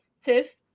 Tiff